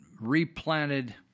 replanted